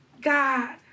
God